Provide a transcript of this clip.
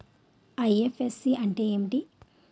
IFSC అంటే ఏమిటి?